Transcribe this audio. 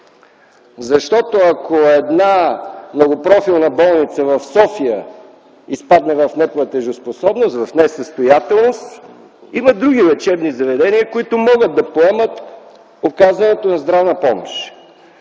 Защото ако една многопрофилна болница в София изпадне в неплатежоспособност, в несъстоятелност, има други лечебни заведения, които могат да поемат оказването на здравна помощ.